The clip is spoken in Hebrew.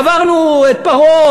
עברנו את פרעה,